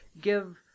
give